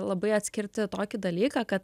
labai atskirti tokį dalyką kad